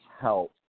help